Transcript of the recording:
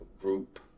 group